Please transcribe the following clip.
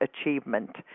achievement